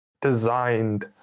designed